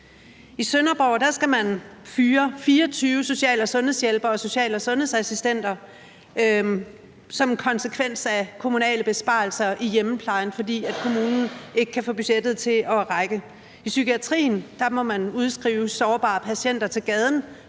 I Sønderborg skal man fyre 24 social- og sundhedshjælpere og social- og sundhedsassistenter som en konsekvens af kommunale besparelser i hjemmeplejen, fordi kommunen ikke kan få budgettet til at række. I psykiatrien må man udskrive sårbare patienter til gaden,